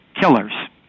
killers